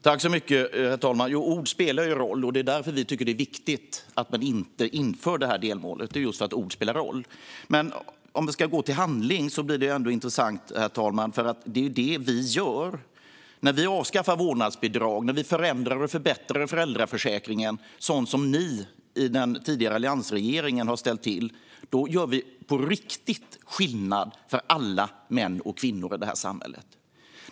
Herr talman! Ord spelar roll, och det är därför vi tycker att det är viktigt att man inte inför detta delmål - just för att ord spelar roll. Detta med att gå till handling är intressant, herr talman, för det är ju det vi gör. När vi avskaffar vårdnadsbidrag och när vi förändrar och förbättrar föräldraförsäkringen - sådant som ni i den tidigare alliansregeringen har ställt till - gör vi på riktigt skillnad för alla män och kvinnor i det här samhället.